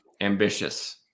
ambitious